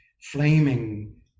flaming